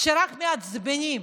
שרק מעצבנים?